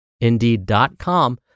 Indeed.com